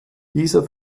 dieser